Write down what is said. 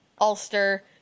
Ulster